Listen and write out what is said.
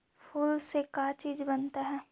फूल से का चीज बनता है?